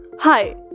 Hi